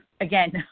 again